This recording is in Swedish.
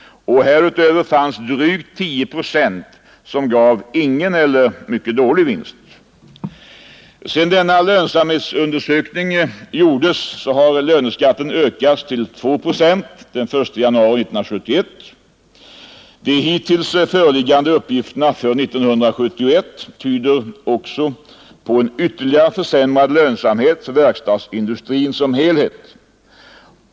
Härutöver gav drygt 10 procent av företagen ingen eller mycket dålig vinst. Sedan denna lönsamhetsundersökning gjordes, har löneskatten ökats till 2 procent den 1 januari 1971. De hittills föreliggande uppgifterna för 1971 tyder också på en ytterligare försämrad lönsamhet inom verkstadsindustrin som helhet.